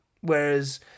Whereas